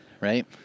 right